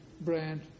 Brand